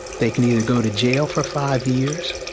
they can either go to jail for five years,